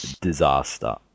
disaster